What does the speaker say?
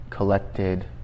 collected